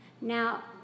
Now